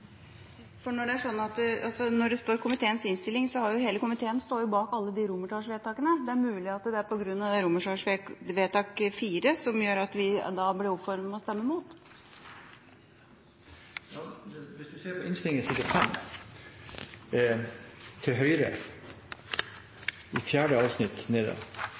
for, slik at det blir enstemmig? Anne Tingelstad Wøien får ordet til stemmeforklaring. Når det står komiteens innstilling, står hele komiteen bak alle romertallene. Det er mulig at det er IV som gjør at vi blir oppfordret til å stemme imot. Hvis du ser på innstillingens side 5, høyre spalte, fjerde avsnitt